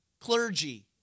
clergy